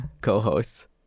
co-hosts